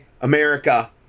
America